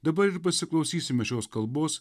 dabar ir pasiklausysime šios kalbos